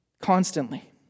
constantly